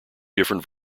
different